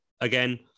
again